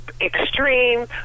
extreme